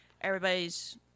everybody's